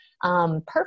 Perfect